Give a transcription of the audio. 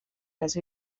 las